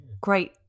great